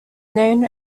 known